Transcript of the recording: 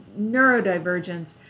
neurodivergence